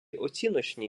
оціночні